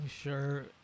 sure